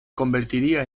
convertiría